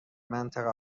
منطقه